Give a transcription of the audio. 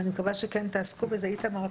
ואני מקווה שכן תעסקו בזה -- איתמר,